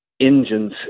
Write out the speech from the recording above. engines